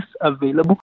available